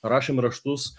rašėm raštus